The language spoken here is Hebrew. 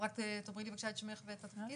רק תאמרי לי בקשה את שמך ואת התפקיד.